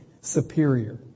superior